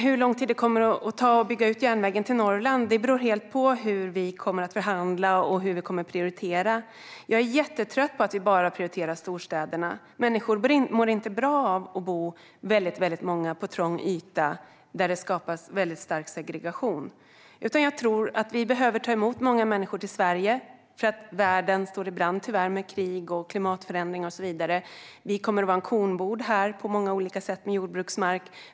Hur lång tid det kommer att ta att bygga ut järnvägen till Norrland beror helt på hur vi kommer att förhandla och prioritera. Jag är jättetrött på att vi bara prioriterar storstäderna. Människor mår inte bra av att bo väldigt många på en trång yta där det skapas väldigt stark segregation. Vi behöver ta emot många människor till Sverige eftersom världen tyvärr står i brand med krig, klimatförändringar och så vidare. Vi kommer här att vara en kornbod på många olika sätt med jordbruksmark.